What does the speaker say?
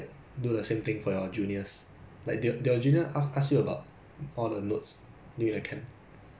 err they never really ask me lah cause I think right 这个 camp ah is a bit 尴尬 then